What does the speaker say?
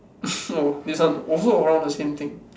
oh this one also around the same thing